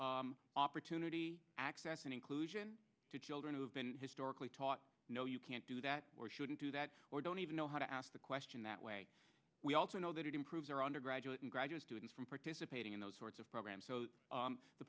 opportunity access and inclusion to children who have been historically taught no you can't do that or shouldn't do that or don't even know how to ask the question that way we also know that it improves our undergraduate and graduate students from participating in those sorts of programs so